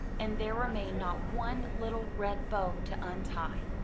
and there remained not one little red bow to untie.